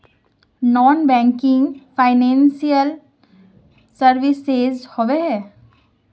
Non banking financial services होबे है?